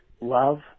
Love